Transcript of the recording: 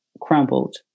crumbled